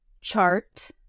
chart